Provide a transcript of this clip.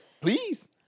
Please